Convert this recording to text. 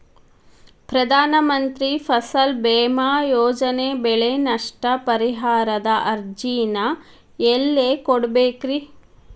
ಪ್ರಧಾನ ಮಂತ್ರಿ ಫಸಲ್ ಭೇಮಾ ಯೋಜನೆ ಬೆಳೆ ನಷ್ಟ ಪರಿಹಾರದ ಅರ್ಜಿನ ಎಲ್ಲೆ ಕೊಡ್ಬೇಕ್ರಿ?